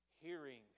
hearing